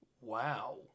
Wow